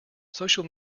social